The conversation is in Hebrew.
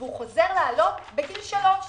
וחוזר לעלות בגיל 3,